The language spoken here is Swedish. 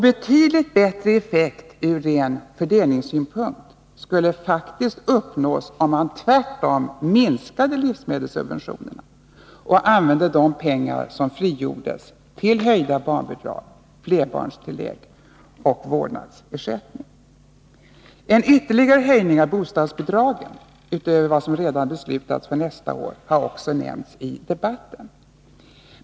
Betydligt bättre effekt ur ren fördelningssynpunkt skulle faktiskt uppnås, om man tvärtom minskade livsmedelssubventionerna och använde de pengar som frigjordes till höjda barnbidrag, flerbarnstillägg och vårdnadsersättning. En ytterligare höjning av bostadsbidragen utöver vad som redan beslutats för nästa år har också nämnts i debatten.